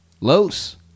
Los